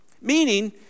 Meaning